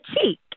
cheek